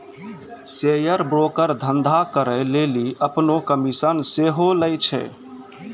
share broker धंधा करै लेली अपनो कमिशन सेहो लै छै